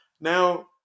Now